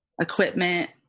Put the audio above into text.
Equipment